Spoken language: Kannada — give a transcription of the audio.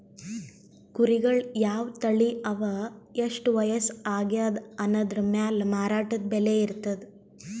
ಕುರಿಗಳ್ ಯಾವ್ ತಳಿ ಅವಾ ಎಷ್ಟ್ ವಯಸ್ಸ್ ಆಗ್ಯಾದ್ ಅನದ್ರ್ ಮ್ಯಾಲ್ ಮಾರಾಟದ್ ಬೆಲೆ ಇರ್ತದ್